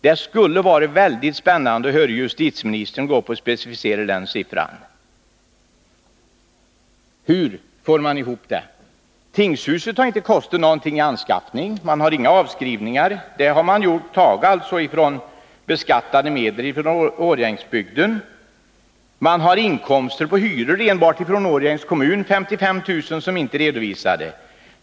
Det skulle vara väldigt spännande om justitieministern ville gå upp och precisera den siffran. Hur kommer man fram till detta? Tingshuset har inte kostat någonting i anskaffning; man har inga avskrivningar att göra. Tingshuset har man byggt från beskattade medel i Årjängsbygden. Man har inkomster på hyror enbart från Årjängs kommun på 55 000 kr., som inte är redovisade.